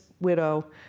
widow